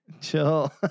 Chill